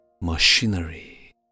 machinery